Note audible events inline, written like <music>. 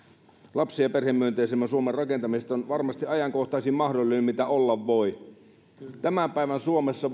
lapsi ja perhemyönteisemmän suomen rakentamisesta on varmasti ajankohtaisin mahdollinen mitä olla voi voi sanoa että tämän päivän suomessa <unintelligible>